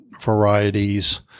varieties